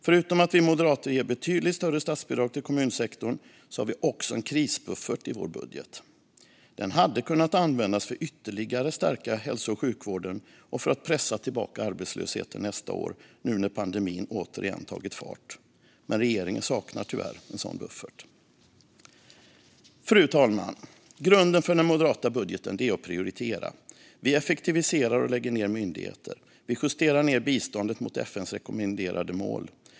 Förutom att vi moderater ger betydligt större statsbidrag till kommunsektorn har vi också en krisbuffert i vår budget. Den hade kunnat användas för att ytterligare stärka hälso och sjukvården och för att pressa tillbaka arbetslösheten nästa år när pandemin nu återigen har tagit fart, men regeringen saknar tyvärr en sådan buffert. Fru talman! Grunden för den moderata budgeten är att prioritera. Vi effektiviserar och lägger ned myndigheter. Vi justerar ned biståndet mot FN:s rekommenderade mål.